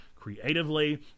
creatively